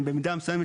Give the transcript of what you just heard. במידה מסוימת,